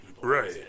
Right